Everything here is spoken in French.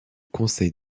conseil